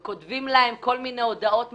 וכותבים להם כל מיני הודעות מגעילות,